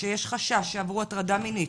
שיש חשש שעברו הטרדה מינית,